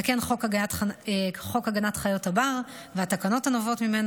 וכן חוק הגנת חיות הבר והתקנות הנובעות ממנו.